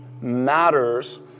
matters